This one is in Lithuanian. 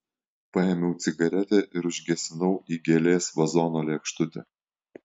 paėmiau cigaretę ir užgesinau į gėlės vazono lėkštutę